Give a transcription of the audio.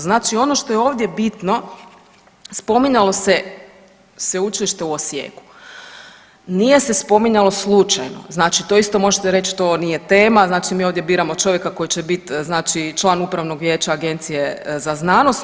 Znači ono što je ovdje bitno spominjalo se Sveučilište u Osijeku, nije se spominjalo slučajno, znači to isto možete reć to nije tema, znači mi ovdje biramo čovjeka koji će bit znači član upravnog vijeća Agencije za znanost.